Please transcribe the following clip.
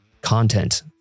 content